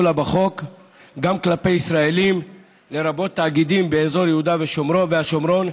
לה בחוק גם כלפי ישראלים (לרבות תאגידים) באזור יהודה והשומרון,